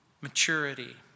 maturity